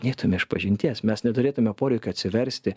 neitume išpažinties mes neturėtume poreikio atsiversti